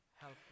help